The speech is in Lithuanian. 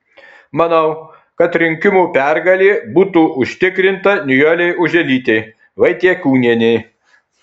manau kad rinkimų pergalė būtų užtikrinta nijolei oželytei vaitiekūnienei